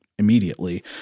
Immediately